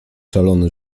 szalony